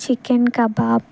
chicken kebab